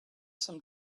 some